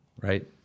Right